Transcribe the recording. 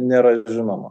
nėra žinoma